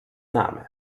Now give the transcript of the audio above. name